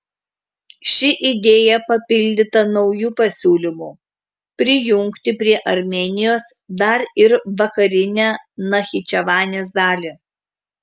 ši idėja papildyta nauju pasiūlymu prijungti prie armėnijos dar ir vakarinę nachičevanės dalį